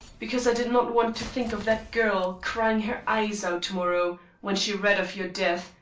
because i did not want to think of that girl crying her eyes out to-morrow when she read of your death,